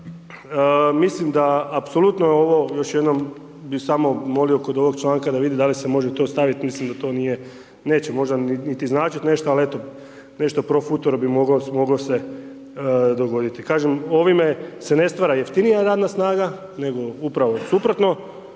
mislim da apsolutno je ovo još jednom bi samo molio kod ovog članka da vidim da li se može to staviti, mislim da to nije, neće možda niti značiti nešto ali eto, nešto pro futuro bi moglo se dogoditi. Kažem, ovime se ne stvara jeftinija radna snaga nego upravo suprotno